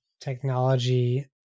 technology